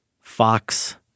Fox